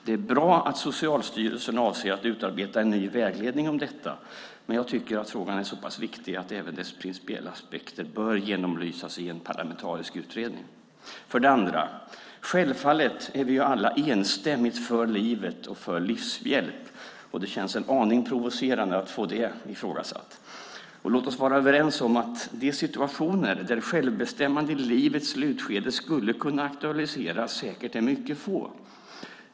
Det är bra att Socialstyrelsen avser att utarbeta en ny vägledning om detta, men jag tycker att frågan är så pass viktig att även dess principiella aspekter bör genomlysas i en parlamentarisk utredning. För det andra är vi alla självfallet enstämmigt för livet och för livshjälp. Det känns en aning provocerande att få det ifrågasatt. Låt oss vara överens om att de situationer där självbestämmande i livets slutskede skulle kunna aktualiseras säkert är mycket få.